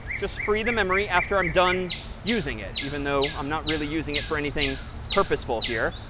just free the memory after i'm done using it even though i'm not really using it for anything purposeful here.